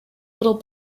little